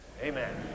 Amen